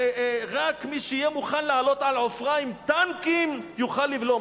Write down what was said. "רק מי שיהיה מוכן לעלות על עופרה עם טנקים יוכל לבלום".